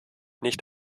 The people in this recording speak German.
nicht